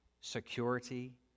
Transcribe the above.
security